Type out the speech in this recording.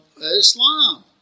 Islam